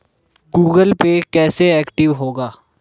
Google Pay कैसे active होगा?